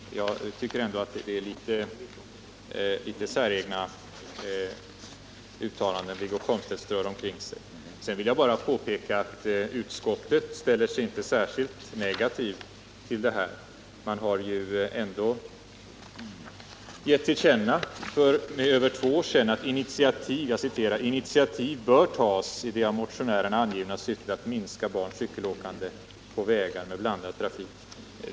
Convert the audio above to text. Jag tycker att Wiggo Komstedt strör omkring sig litet säregna uttalanden. Sedan vill jag påpeka att utskottet inte ställer sig särskilt negativt till det här. Utskottet har ändå för över två år sedan gett till känna att ”initiativ bör tas i det av motionärerna angivna syftet att minska barns cykelåkande på vägar med blandad trafik”.